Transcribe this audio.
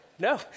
No